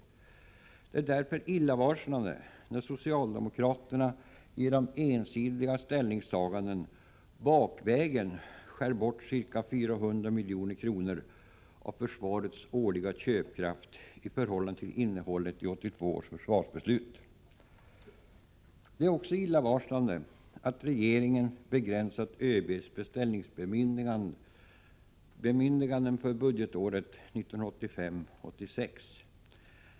Där är därför illavarslande när socialdemokraterna genom ensidiga ställningstaganden ”bakvägen” skär bort ca 400 milj.kr. av försvarets årliga köpkraft i förhållande till innehållet i 1982 års försvarsbeslut. Det är också illavarslande att regeringen begränsat ÖB:s beställningsbemyndiganden för budgetåret 1985/86.